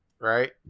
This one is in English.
Right